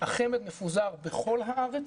החמ"ד מפוזר בכל הארץ